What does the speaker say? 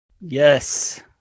Yes